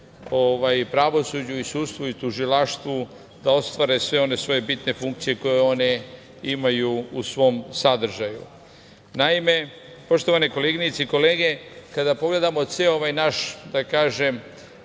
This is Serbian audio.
pravosuđu, sudstvu i tužilaštvu da ostvare sve one svoje bitne funkcije koje one imaju u svom sadržaju. Naime, poštovane koleginice i kolege, kada pogledamo ceo ovaj naš, da kažem,